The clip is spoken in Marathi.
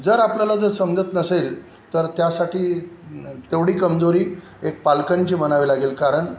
जर आपल्याला जर समजत नसेल तर त्यासाठी तेवढी कमजोरी एक पालकांची मानावे लागेल कारण